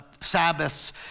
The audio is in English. sabbaths